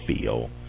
feel